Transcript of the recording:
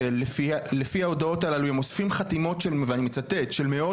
שלפי ההודעות הללו הם אוספים חתימות של מאות